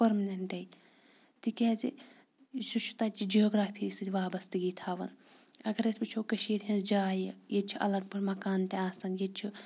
پٔرمِننٛٹٕے تِکیٛازِ سُہ چھِ تَتۍچہِ جیوٗگرٛافی سۭتۍ وابسطگی تھاوان اگر أسۍ وٕچھو کٔشیٖرِ ہِنٛز جایہِ ییٚتہِ چھِ الگ پٲٹھۍ مکان تہِ آسان ییٚتہِ چھِ